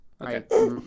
Okay